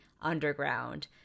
underground